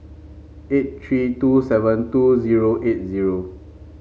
eight three two seven two zero eight zero